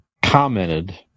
commented